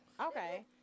Okay